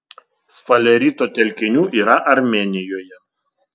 sfalerito telkinių yra armėnijoje